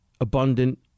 abundant